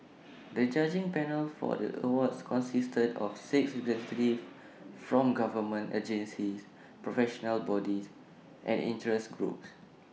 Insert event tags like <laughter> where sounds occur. the judging panel for the awards consisted of six <unintelligible> from government agencies professional bodies and interest groups